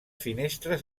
finestres